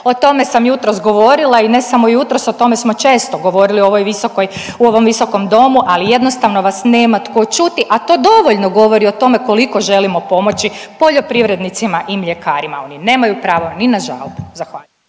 O tome sam jutros govorila i ne samo jutros, o tome smo često govorili u ovoj visokoj, u ovom visokom domu, ali jednostavno vas nema tko čuti, a to dovoljno govori o tome koliko želimo pomoći poljoprivrednicima i mljekarima. Oni nemaju pravo ni na žalbu. Zahvaljujem.